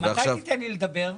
מתי תיתן לי לדבר?